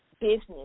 business